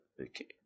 Okay